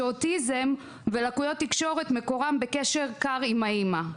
שמקורן של אוטיזם ולקויות תקשורת בקשר קר עם האם.